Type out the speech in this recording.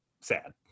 sad